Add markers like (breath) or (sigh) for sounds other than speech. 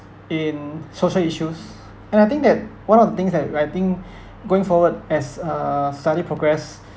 in social issues and I think that one of the things that writing (breath) going forward as a study progress (breath)